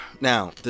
now